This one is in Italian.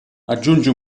aggiungi